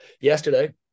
yesterday